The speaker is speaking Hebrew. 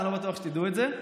אני לא בטוח שתדעו את זה.